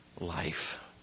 life